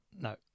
No